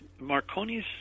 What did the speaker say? Marconi's